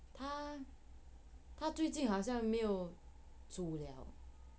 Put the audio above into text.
他他最近好像没有煮了